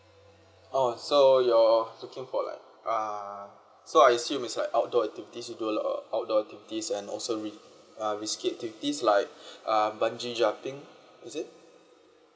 oh so you're looking for like uh so I assume it's like outdoor activities you do a lot of outdoor activities and also ri~ uh risky activities like um bungee jumping is it